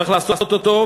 צריך לעשות אותו,